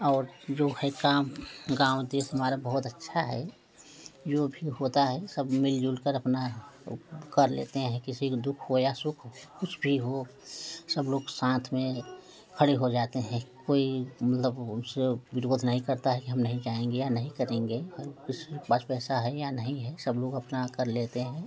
और जो है काम गाँव देश हमारा बहुत अच्छा है जो भी होता है सब मिलजुल कर अपना उप कर लेते हैं किसी की दुख हो या सुख हो कुछ भी हो सब लोग साथ में खड़े हो जाते हैं कोई मतलब उसे विरोध नहीं करता है कि हम नहीं जाएँगे या नहीं करेंगे और उस पास पैसा है या नहीं है सब लोग अपना कर लेते हैं